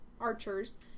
archers